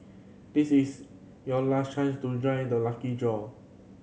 this is your last chance to join the lucky draw